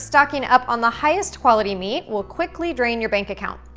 stocking up on the highest-quality meat will quickly drain your bank account,